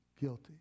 guilty